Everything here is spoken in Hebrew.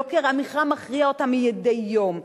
יוקר המחיה מכריע אותם מדי יום.